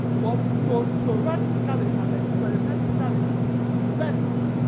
was to theoretically and experimentally invent